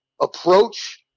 approach